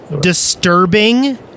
disturbing